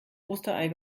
osterei